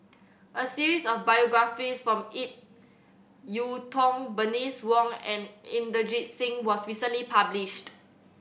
a series of biographies from Ip Yiu Tung Bernice Wong and Inderjit Singh was recently published